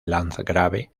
landgrave